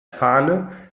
fahne